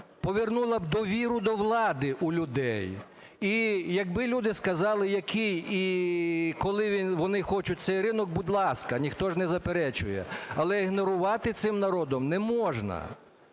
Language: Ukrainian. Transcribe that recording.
повернула довіру до влади у людей. І якби люди сказали, який і коли вони хочуть цей ринок, будь ласка, ніхто ж не заперечує, але ігнорувати цим народом не можна.